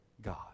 God